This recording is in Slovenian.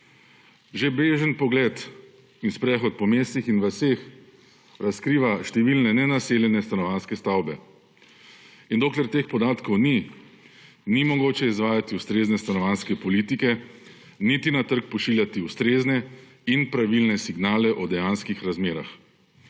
Že bežen pogled ter sprehod po mestih in vaseh razkriva številne nenaseljene stanovanjske stavbe. In dokler teh podatkov ni, ni mogoče izvajati ustrezne stanovanjske politike, niti na trg pošiljati ustreznih in pravilnih signalov o dejanskih razmerah.